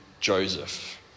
Joseph